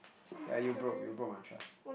ya you broke you broke my trust